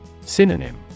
Synonym